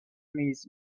نیز